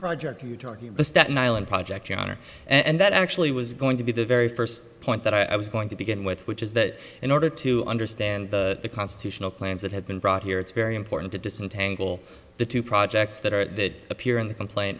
project are you talking the staten island project your honor and that actually was going to be the very first point that i was going to begin with which is that in order to understand the constitutional claims that have been brought here it's very important to disentangle the two projects that are that appear in the complain